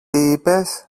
είπες